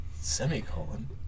semicolon